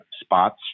spots